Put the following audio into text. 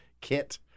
kit